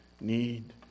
need